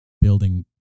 building